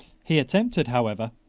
he attempted, however,